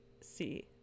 see